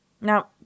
Now